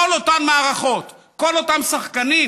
כל אותן מערכות, כל אותם שחקנים